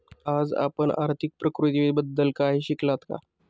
आज आपण आर्थिक प्रतिकृतीबद्दल काही शिकलात का?